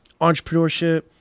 entrepreneurship